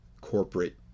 corporate